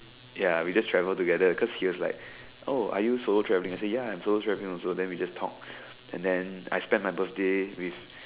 ya we just travel together cause he was like oh are you solo traveling I say ya I am solo traveling also then we just talked and then I spend my birthday with